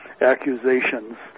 accusations